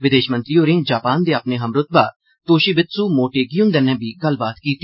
विदेश मंत्री होरें जपान दे अपने हमरूतबा तोशीबित्सू मोटेगी हुंदे'नै बी गल्लबात कीती